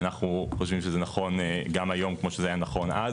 אנחנו חושבים שזה נכון גם היום כמו שזה היה נכון אז,